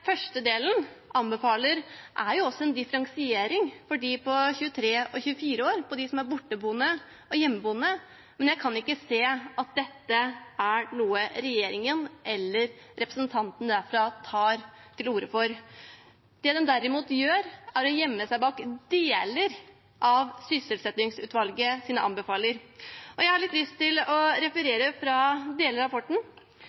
delen anbefaler, er en differensiering for dem på 23–24 år, mellom borteboende og hjemmeboende. Men jeg kan ikke se at dette er noe regjeringen eller representanten derfra tar til orde for. Det de derimot gjør, er å gjemme seg bak deler av sysselsettingsutvalgets anbefaling. Jeg har lyst til å